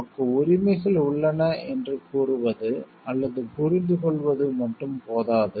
நமக்கு உரிமைகள் உள்ளன என்று கூறுவது அல்லது புரிந்துகொள்வது மட்டும் போதாது